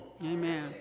Amen